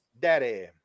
Daddy